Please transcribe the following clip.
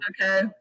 okay